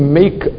make